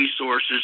resources